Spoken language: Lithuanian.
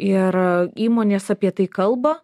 ir įmonės apie tai kalba